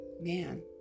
man